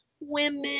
women